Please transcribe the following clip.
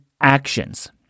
actions